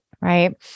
Right